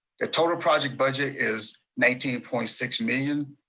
the total project budget is nineteen point six million,